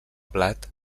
blat